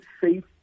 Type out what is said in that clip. safe